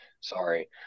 sorry